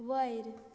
वयर